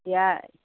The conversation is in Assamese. বিয়াই